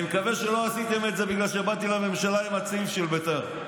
אני מקווה שלא עשיתם את זה בגלל שבאתי לממשלה עם הצעיף של בית"ר.